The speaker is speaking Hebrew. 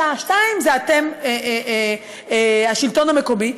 משעה 14:00 זה אתם, השלטון המקומי.